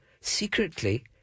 secretly